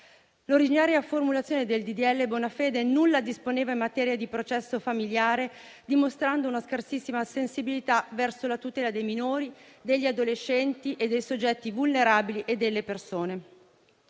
L'originaria formulazione del disegno di legge Bonafede nulla disponeva in materia di processo familiare, dimostrando una scarsissima sensibilità verso la tutela dei minori, degli adolescenti, dei soggetti vulnerabili e delle persone.